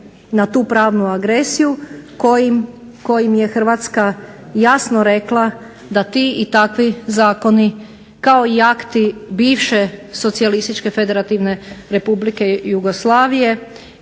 na tu pravnu agresiju kojim je Hrvatska jasno rekla da ti i takvi zakoni kao i akti bivše SFRJ i JNA koji su zapravo